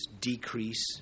decrease